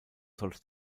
sollte